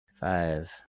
five